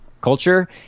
culture